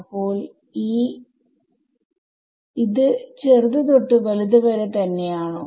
അപ്പോൾ ഈ ചെറുത് തൊട്ട് വലുത് വരെ തന്നെയാണോ